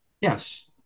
Yes